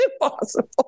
impossible